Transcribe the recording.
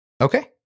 Okay